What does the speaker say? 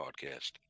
Podcast